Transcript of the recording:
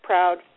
proud